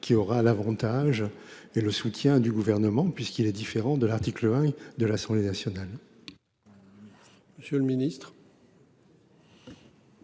qui aura l'Avantage et le soutien du gouvernement puisqu'il est différent de l'article 1 de l'Assemblée nationale.